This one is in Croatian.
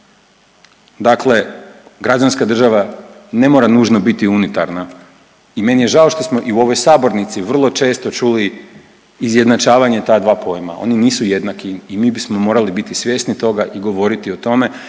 dakle građanska država ne mora nužno biti unitarna i meni je žao što smo i u ovoj sabornici vrlo često čuli izjednačavanje ta dva pojma, oni nisu jednaki i mi bismo morali biti svjesni toga i govoriti o tome